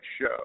show